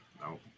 No